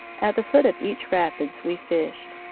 at the foot of each rapids we fished.